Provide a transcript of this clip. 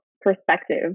perspective